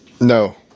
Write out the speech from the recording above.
No